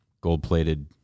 gold-plated